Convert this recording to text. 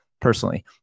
personally